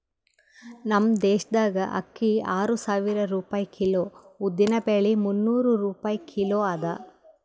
ನಮ್ ದೇಶದಾಗ್ ಅಕ್ಕಿ ಆರು ಸಾವಿರ ರೂಪಾಯಿ ಕಿಲೋ, ಉದ್ದಿನ ಬ್ಯಾಳಿ ಮುನ್ನೂರ್ ರೂಪಾಯಿ ಕಿಲೋ ಅದಾ